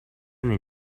nel